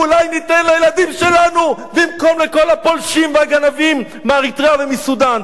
אולי ניתן לילדים שלנו במקום לכל הפולשים והגנבים מאריתריאה ומסודן.